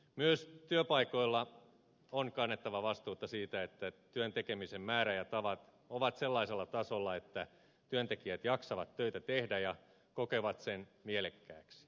myös työpaikoilla on kannettava vastuuta siitä että työn tekemisen määrä ja tavat ovat sellaisella tasolla että työntekijät jaksavat töitä tehdä ja kokevat sen mielekkääksi